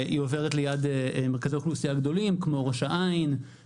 היא עוברת ליד מרכזי אוכלוסייה גדולים כמו: ראש העין,